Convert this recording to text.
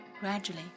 Gradually